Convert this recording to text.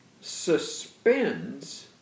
suspends